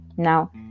Now